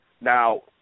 Now